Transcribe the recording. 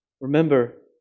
Remember